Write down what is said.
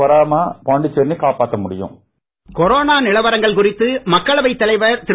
voice corona நிலவரங்கள் குறித்து மக்களவைத் தலைவர் திரு